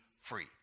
free